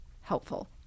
helpful